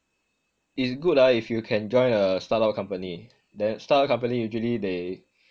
it is good ah if you can join a startup company then startup company usually they